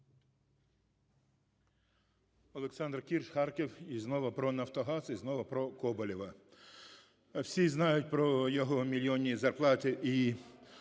ОлександрКірш, Харків. І знову про "Натогаз", і знову про Коболєва. Всі знають про його мільйонні зарплати і